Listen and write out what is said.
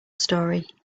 story